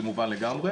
זה מובן לגמרי,